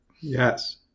Yes